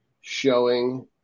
showing